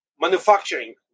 manufacturing